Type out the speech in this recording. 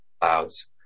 Clouds